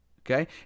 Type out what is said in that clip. Okay